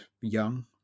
young